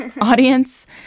audience